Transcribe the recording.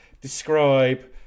describe